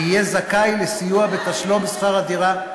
יהיה זכאי לסיוע בתשלום שכר הדירה,